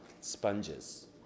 sponges